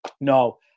No